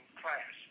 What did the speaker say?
class